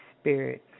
Spirit